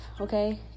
okay